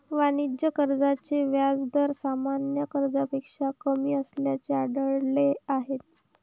वाणिज्य कर्जाचे व्याज दर सामान्य कर्जापेक्षा कमी असल्याचे आढळले आहे